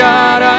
God